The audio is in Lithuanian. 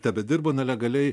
ten tebedirbo nelegaliai